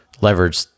leverage